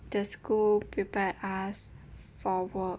the school prepared us for work